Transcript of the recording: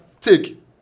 take